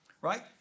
right